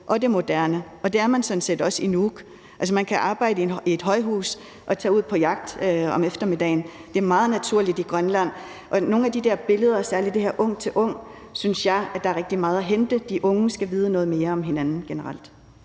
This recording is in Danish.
og det moderne – og det er man sådan set også i Nuuk. Altså, man kan arbejde i et højhus om formiddagen og tage ud på jagt om eftermiddagen. Det er meget naturligt i Grønland. I forhold til nogle af de her billeder – særlig det her ung til ung – synes jeg der er rigtig meget at hente. De unge skal vide noget mere om hinanden generelt.